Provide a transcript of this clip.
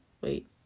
Wait